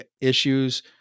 issues